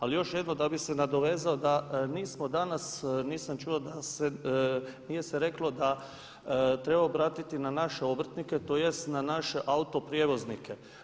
Ali još jednom da bin se nadovezao da mi smo danas nisam čuo danas i nije se reklo treba obratiti na naše obrtnike tj. na naše autoprijevoznike.